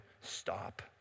stop